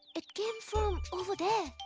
it came from over there.